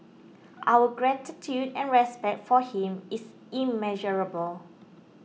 our gratitude and respect for him is immeasurable